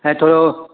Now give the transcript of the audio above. ऐं थोरो